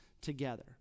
together